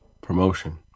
Promotion